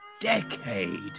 decade